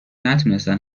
نتونستن